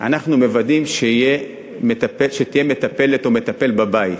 אנחנו מוודאים שיהיה מטפל או מטפלת בבית.